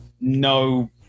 no